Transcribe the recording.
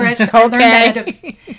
Okay